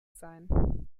sein